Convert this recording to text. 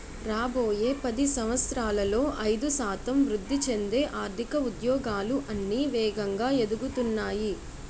రాబోయే పది సంవత్సరాలలో ఐదు శాతం వృద్ధి చెందే ఆర్థిక ఉద్యోగాలు అన్నీ వేగంగా ఎదుగుతున్నాయి